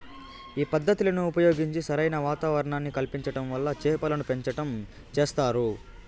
ఈ పద్ధతులను ఉపయోగించి సరైన వాతావరణాన్ని కల్పించటం వల్ల చేపలను పెంచటం చేస్తారు